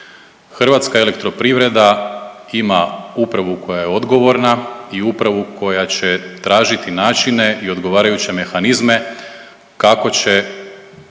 Hrvatska elektroprivreda ima upravu koja je odgovorna i upravu koja će tražiti načine i odgovarajuće mehanizme kako će